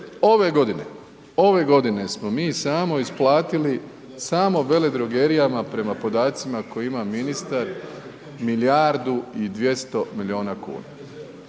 ove godine smo mi samo isplatili samo veledrogerijama prema podacima koje ima ministar milijardu i 200 milijuna kuna.